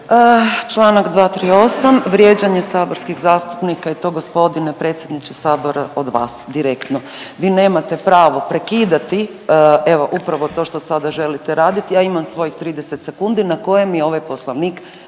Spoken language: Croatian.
Čl. 238. vrijeđanje saborskih zastupnika i to gospodine predsjedniče sabora od vas direktno. Vi nemate pravo prekidati, evo upravo to što sada želite raditi, ja imam svojih 30 sekundi na koje mi ovaj poslovnik